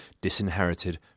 disinherited